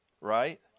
right